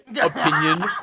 Opinion